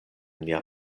nia